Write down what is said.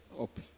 up